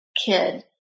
kid